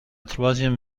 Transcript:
troisième